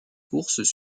courses